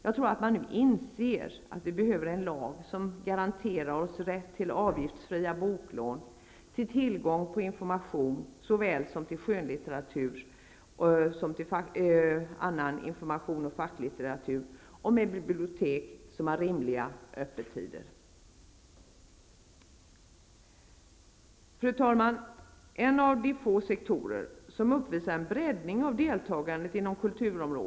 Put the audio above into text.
Jag tror att människor nu inser att vi behöver en lag som garanterar oss rätt till avgiftsfria boklån, tillgång till skönlitteratur och facklitteratur såväl som information samt bibliotek med rimliga öppettider. Fru talman!